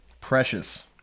Precious